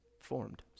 formed